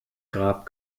grab